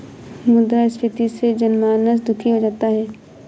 मुद्रास्फीति से जनमानस दुखी हो जाता है